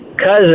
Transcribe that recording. cousin